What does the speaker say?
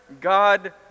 God